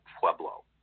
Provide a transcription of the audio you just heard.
Pueblo